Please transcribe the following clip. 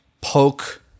poke